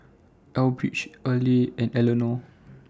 Elbridge Earley and Elenor